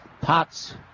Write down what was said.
pots